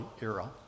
era